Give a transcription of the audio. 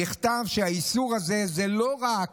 נכתב שהאיסור הזה הוא לא רק,